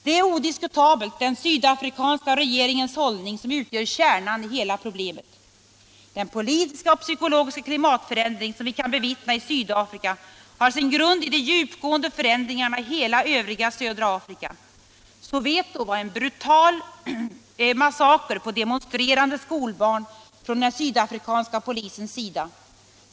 Det är odiskutabelt den sydafrikanska regeringens hållning som utgör kärnan i hela problemet. Den politiska och psykologiska klimatförändring som vi kan bevittna i Sydafrika har sin bakgrund i de djupgående förändringarna i hela övriga södra Afrika. Soweto var platsen för en brutal massaker på demonstrerande skolbarn från den sydafrikanska polisens sida.